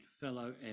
fellow